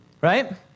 Right